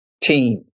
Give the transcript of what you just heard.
team